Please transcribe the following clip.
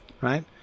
right